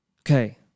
Okay